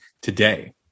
today